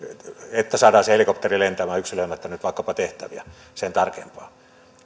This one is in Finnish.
että saadaan se helikopteri lentämään yksilöimättä nyt vaikkapa tehtäviä sen tarkemmin